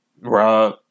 Rob